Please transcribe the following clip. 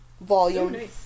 volume